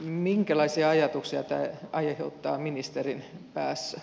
minkälaisia ajatuksia tämä aiheuttaa ministerin päässä